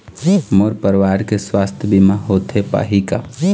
मोर परवार के सुवास्थ बीमा होथे पाही का?